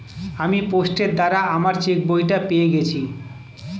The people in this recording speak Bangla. আমি পোস্টের দ্বারা আমার চেকবইটা পেয়ে গেছি